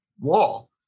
wall